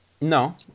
No